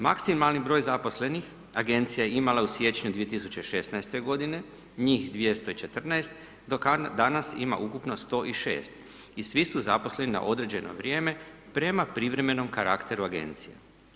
Maksimalni broj zaposlenih Agencija je imala u siječnju 2016.-te godine, njih 214, dok danas ima ukupno 106 i svi su zaposleni na određeno vrijeme prema privremenom karakteru Agencije.